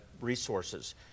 resources